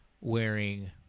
wearing